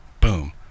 boom